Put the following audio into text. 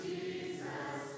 Jesus